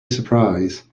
surprise